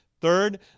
Third